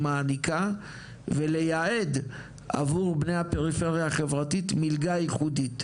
מעניקה ולייעד עבור בני הפריפריה החברתית מלגה ייחודית.